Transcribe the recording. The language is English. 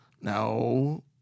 No